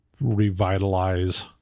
revitalize